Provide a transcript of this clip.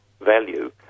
value